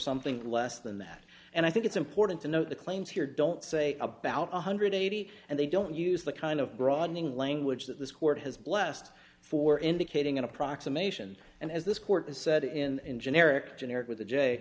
something less than that and i think it's important to know the claims here don't say about one hundred eighty and they don't use the kind of groveling language that this court has blessed for indicating an approximation and as this court has said in generic generic with a j